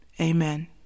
Amen